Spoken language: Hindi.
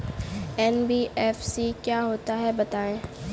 एन.बी.एफ.सी क्या होता है बताएँ?